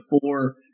four